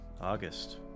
August